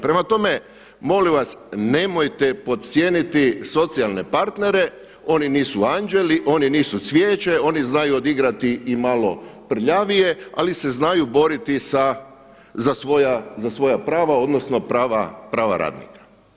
Prema tome, molim vas nemojte podcijeniti socijalne partnere, oni nisu anđeli, oni nisu cvijeće, oni znaju odigrati i malo prljavije, ali se znaju boriti za svoja prava, odnosno prava radnika.